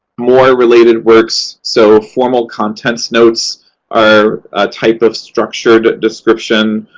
more related works so, formal contents notes are a type of structured description.